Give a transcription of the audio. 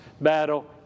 battle